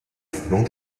flanc